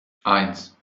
eins